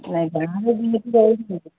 ନାଇଁ ଗାଁରେ ଯୋଉ ରହୁଛନ୍ତି